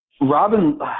Robin